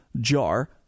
Jar